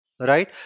right